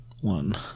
one